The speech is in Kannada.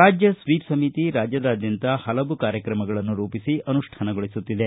ರಾಜ್ಯ ಸ್ವೀಪ್ ಸಮಿತಿ ರಾಜ್ಯದಾದ್ಯಂತ ಪಲವು ಕಾರ್ಯಕ್ರಮಗಳನ್ನು ರೂಪಿಸಿ ಅನುಷ್ಠಾನಗೊಳಿಸುತ್ತಿದೆ